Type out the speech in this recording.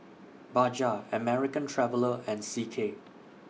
Bajaj American Traveller and C K